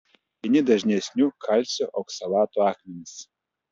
vieni dažnesnių kalcio oksalato akmenys